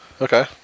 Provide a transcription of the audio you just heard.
Okay